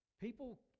People